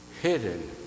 hidden